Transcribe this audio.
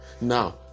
now